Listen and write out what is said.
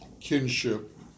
kinship